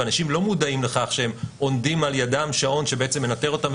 ואנשים לא מודעים לכך שהם עונדים על ידם שעון שמנטר אותם,